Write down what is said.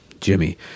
Jimmy